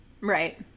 Right